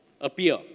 appear